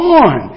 on